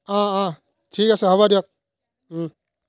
অঁ অঁ ঠিক আছে হ'ব দিয়ক